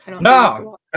No